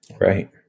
Right